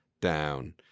down